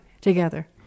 together